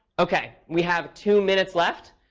ok. we have two minutes left.